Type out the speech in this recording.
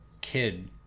kid